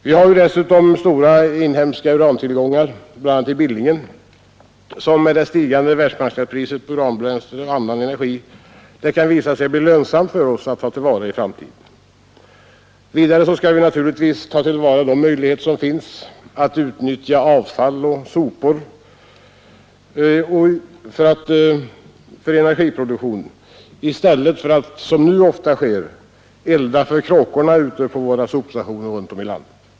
Vi har dessutom stora inhemska urantillgångar, bl.a. i Billingen, som det med stigande världsmarknadspriser på uranbränsle och annan energi kan komma att bli lönsamt för oss att ta till vara i framtiden. Vidare skall vi naturligtvis utnyttja avfall och sopor av olika slag i vår energiproduktion i stället för att — som nu oftast sker — elda för kråkorna ute på våra sopstationer runt om i landet.